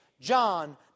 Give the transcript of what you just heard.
John